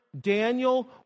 Daniel